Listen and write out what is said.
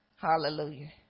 Hallelujah